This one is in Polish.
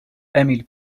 emil